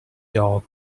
dog